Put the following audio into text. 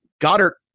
Goddard